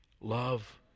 Love